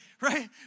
Right